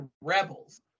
Rebels